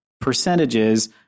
percentages